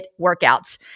workouts